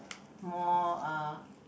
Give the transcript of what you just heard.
more uh